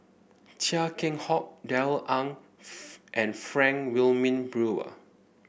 Chia Keng Hock Darrell Ang and Frank Wilmin Brewer